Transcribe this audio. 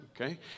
okay